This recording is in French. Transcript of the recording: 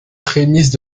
prémices